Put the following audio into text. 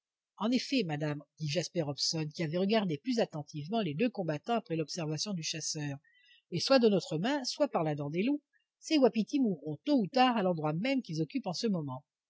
en effet madame dit jasper hobson qui avait regardé plus attentivement les deux combattants après l'observation du chasseur et soit de notre main soit par la dent des loups ces wapitis mourront tôt ou tard à l'endroit même qu'ils occupent en ce moment